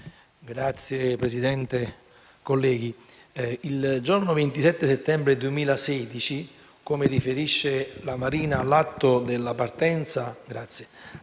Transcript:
Signora Presidente, colleghi, il giorno 27 settembre 2016, come riferisce la Marina, all'atto della partenza